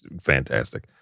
fantastic